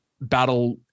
battle